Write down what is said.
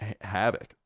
havoc